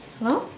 hello